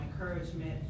encouragement